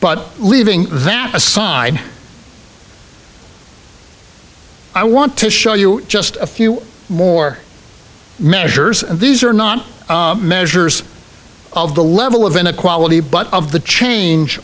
but leaving that aside i want to show you just a few more measures and these are not measures of the level of inequality but of the change